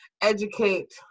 educate